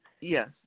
Yes